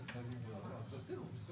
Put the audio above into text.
חלק